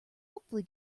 hopefully